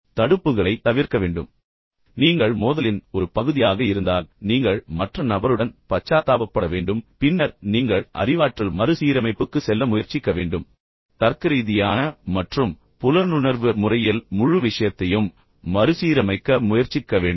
நீங்கள் உங்கள் பச்சாத்தாப திறன்களைப் பயன்படுத்த வேண்டும் நீங்கள் மோதலின் ஒரு பகுதியாக இருந்தால் நீங்கள் மற்ற நபருடன் பச்சாத்தாபப்பட வேண்டும் பின்னர் நீங்கள் அறிவாற்றல் மறுசீரமைப்புக்கு செல்ல முயற்சிக்க வேண்டும் தர்க்கரீதியான மற்றும் புலனுணர்வு முறையில் முழு விஷயத்தையும் மறுசீரமைக்க முயற்சிக்க வேண்டும்